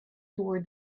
toward